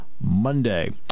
Monday